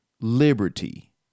Liberty